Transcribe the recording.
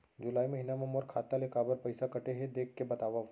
जुलाई महीना मा मोर खाता ले काबर पइसा कटे हे, देख के बतावव?